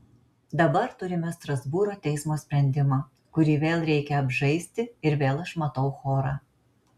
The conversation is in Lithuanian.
dabar turime strasbūro teismo sprendimą kurį vėl reikia apžaisti ir vėl aš matau chorą